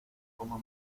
como